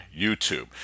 YouTube